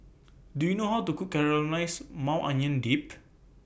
Do YOU know How to Cook Caramelized Maui Onion Dip